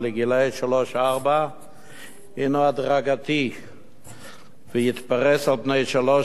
שלוש-ארבע הינו הדרגתי ויתפרס על פני שלוש שנים,